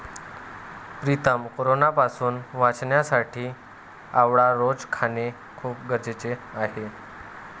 प्रीतम कोरोनापासून वाचण्यासाठी आवळा रोज खाणे खूप गरजेचे आहे